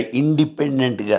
independent